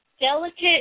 delicate